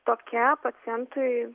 tokia pacientui